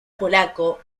polaco